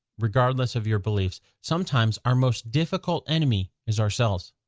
regardless of your beliefs sometimes our most difficult enemy is ourselves.